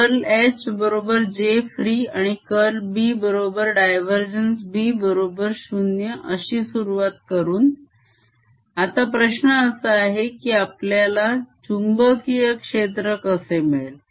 curl H बरोबर j free आणि curl B बरोबर divB बरोबर 0 अशी सुरुवात करून आता प्रश्न असा आहे कि आपल्याला चुंबकीय क्षेत्र कसे मिळेल